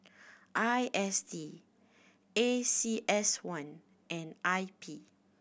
I S D A C S one and I P